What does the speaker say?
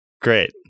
Great